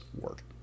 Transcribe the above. work